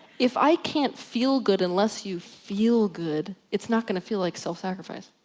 if i can't feel good, unless you feel good, it's not gonna feel like self sacrifice.